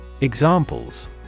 Examples